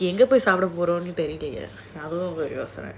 எங்க போய் சண்ட போட்றதுன்னு தெரியலையே:enga poi sanda podrathunnu therialayae